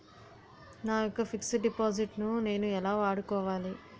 నా యెక్క fixed deposit ను నేను ఎలా వాడుకోవాలి?